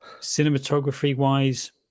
cinematography-wise